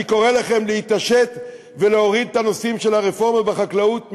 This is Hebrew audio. אני קורא לכם להתעשת ולהוריד את הנושאים של הרפורמה בחקלאות מסדר-היום.